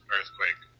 Earthquake